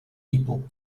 people